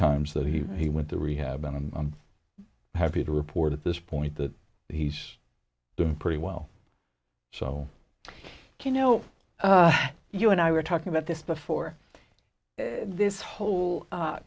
times that he he went to rehab and i'm happy to report at this point that he's doing pretty well so you know you and i were talking about this before this whole